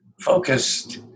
focused